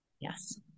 Yes